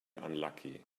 unlucky